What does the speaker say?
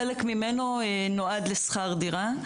חלק ממנו נועד לשכר דירה,